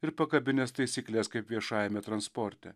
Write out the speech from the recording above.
ir pakabinęs taisykles kaip viešajame transporte